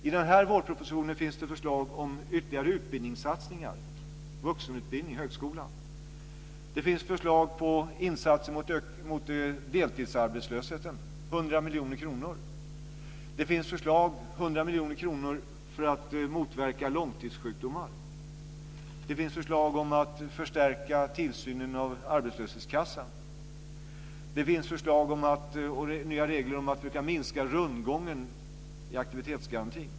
I den här vårpropositionen finns det förslag om ytterligare utbildningssatsningar på vuxenutbildningen och högskolan. Det finns förslag på insatser mot deltidsarbetslösheten - 100 miljoner kronor. Det finns förslag - 100 miljoner kronor - för att motverka långtidssjukdomar. Det finns förslag om att förstärka tillsynen av arbetslöshetskassan. Det finns förslag om nya regler för att minska rundgången i aktivitetsgarantin.